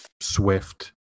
Swift